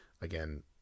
again